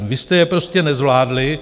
Vy jste je prostě nezvládli.